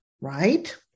right